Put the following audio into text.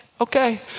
okay